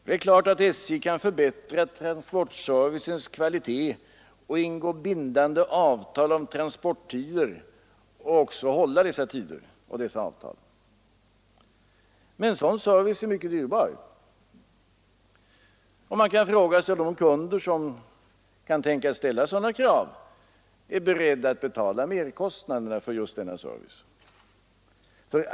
Det är klart att SJ kan förbättra transportservicens kvalitet och ingå bindande avtal om transporttider och också hålla dessa avtal, men sådan service är dyrbar. Man kan fråga sig om de kunder som kan tänkas ställa krav är beredda att betala merkostnaderna för just denna service.